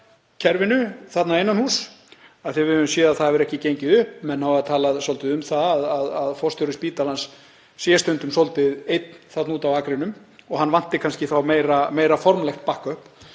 kerfinu þarna innan húss af því að við höfum séð að það hefur ekki gengið upp. Menn hafa talað um að forstjóri spítalans sé stundum svolítið einn þarna úti á akrinum og hann vanti kannski meira formlegt „back up“